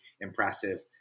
impressive